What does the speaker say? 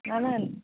मामोन